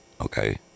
okay